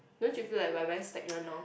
don't you feel like we're very stagnant now